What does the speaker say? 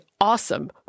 awesome